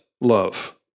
love